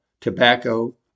tobacco